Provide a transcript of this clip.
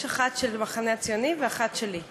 יש אחת של המחנה הציוני ואחת שלי,